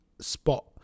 spot